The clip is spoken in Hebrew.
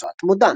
הוצאת מודן.